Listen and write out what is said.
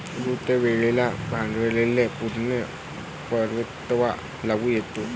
गुंतवलेल्या भांडवलाला पूर्ण परतावा लागू होतो